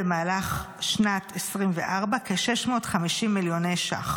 במהלך שנת 2024 כ-650 מיליוני ש"ח.